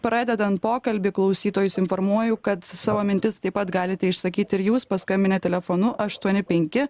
pradedant pokalbį klausytojus informuoju kad savo mintis taip pat galite išsakyti ir jūs paskambinę telefonu aštuoni penki